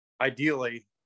Ideally